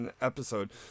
episode